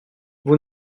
vous